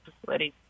facilities